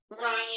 Ryan